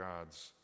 God's